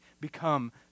become